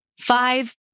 Five